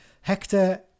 Hector